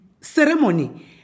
ceremony